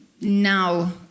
now